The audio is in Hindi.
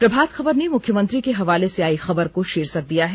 प्रभात खबर ने मुख्यमंत्री के हवाले से आयी खबर को शीर्षक दिया है